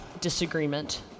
disagreement